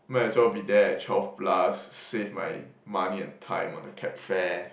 might as well be there at twelve plus save my money and time on the cab fare